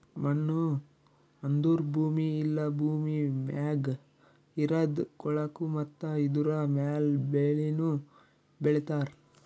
ಮಣ್ಣು ಅಂದುರ್ ಭೂಮಿ ಇಲ್ಲಾ ಭೂಮಿ ಮ್ಯಾಗ್ ಇರದ್ ಕೊಳಕು ಮತ್ತ ಇದುರ ಮ್ಯಾಲ್ ಬೆಳಿನು ಬೆಳಿತಾರ್